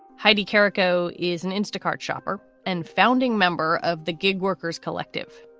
heidi caraco is an instacart shopper and founding member of the gig workers collective.